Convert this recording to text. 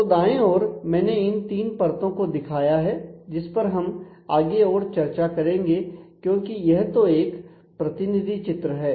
तो दाएं और मैंने इन तीन परतों को दिखाया है जिस पर हम आगे और चर्चा करेंगे क्योंकि यह तो एक प्रतिनिधि चित्र है